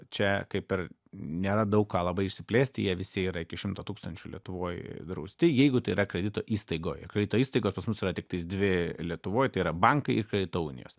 čia kaip ir nėra daug ką labai išsiplėsti jie visi yra iki šimto tūkstančių lietuvoj drausti jeigu tai yra kredito įstaigoj kredito įstaigos pas mus yra tiktai dvi lietuvoj tai yra bankai ir kredito unijos